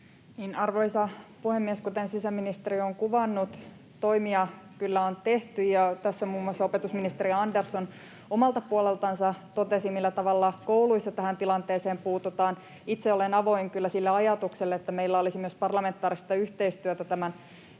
Arvoisa puhemies! Kuten sisäministeri on kuvannut, toimia kyllä on tehty, ja tässä muun muassa opetusministeri Andersson omalta puoleltansa totesi, millä tavalla kouluissa tähän tilanteeseen puututaan. Itse olen kyllä avoin sille ajatukselle, että meillä olisi myös parlamentaarista yhteistyötä tämän teeman